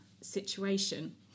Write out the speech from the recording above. situation